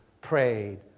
prayed